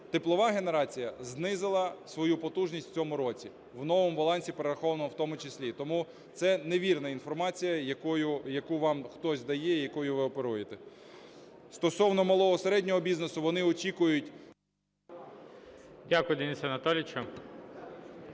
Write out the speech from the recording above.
Теплова генерація знизила свою потужність в цьому році, в новому балансі прораховано в тому числі. Тому це невірна інформація, яку вам хтось дає, якою ви оперуєте. Стосовно малого, середнього бізнесу, вони очікують… ГОЛОВУЮЧИЙ. Дякую, Денисе Анатолійовичу.